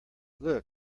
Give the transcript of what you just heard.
look